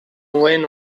when